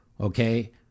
Okay